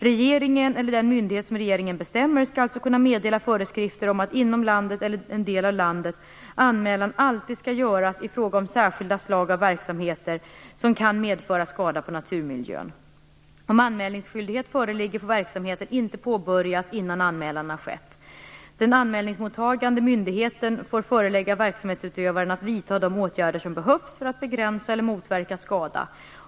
Regeringen eller den myndighet som regeringen bestämmer skall alltså kunna meddela föreskrifter om att inom landet eller en del av landet anmälan alltid skall göras i fråga om särskilda slag av verksamheter som kan medföra skada på naturmiljön. Om anmälningsskyldighet föreligger får verksamheten inte påbörjas innan anmälan har skett. Den anmälningsmottagande myndigheten får förelägga verksamhetsutövaren att vidta de åtgärder som behövs för att begränsa eller motverka skada.